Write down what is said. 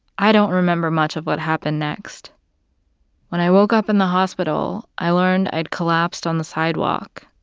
i don't remember much of what happened next when i woke up in the hospital, i learned i had collapsed on the sidewalk.